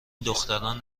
دختران